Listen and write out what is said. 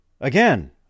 Again